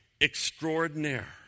extraordinaire